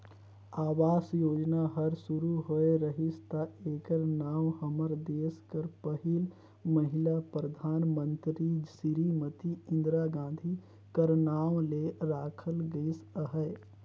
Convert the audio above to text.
आवास योजना हर सुरू होए रहिस ता एकर नांव हमर देस कर पहिल महिला परधानमंतरी सिरीमती इंदिरा गांधी कर नांव ले राखल गइस अहे